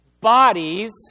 bodies